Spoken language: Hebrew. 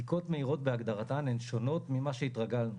בדיקות מהירות בהגדרתן הן שונות ממה שהתרגלנו,